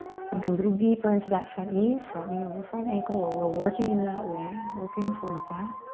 sink a little deeper into that front knee, front knee over front ankle. we're working in that way, working towards that.